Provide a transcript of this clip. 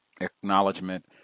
Acknowledgement